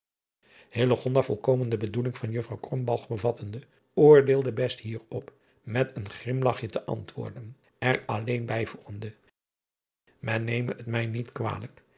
uisman bedoeling van uffrouw bevattende oordeelde best hier op met een grimlachje te antwoorden er alleen bijvoegende en neme het mij niet kwalijk